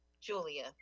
Julia